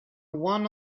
one